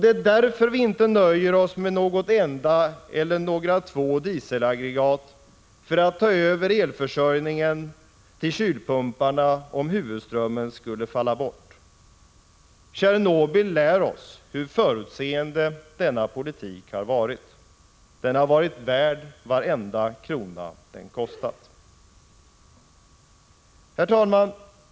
Det är därför vi inte nöjer oss med något enda eller några få dieselaggregat för att ta över elförsörjningen till kylpumparna, om huvudströmmen skulle falla bort. Tjernobyl lär oss hur förutseende denna politik har varit. Den har varit värd varenda krona den kostat. Herr talman!